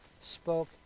spoke